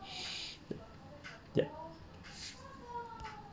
yup